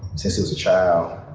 since he was a child,